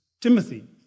Timothy